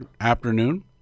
afternoon